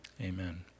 Amen